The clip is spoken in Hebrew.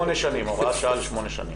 הוראת שעה לשמונה שנים.